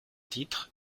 titre